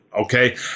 okay